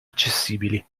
accessibili